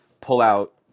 pull-out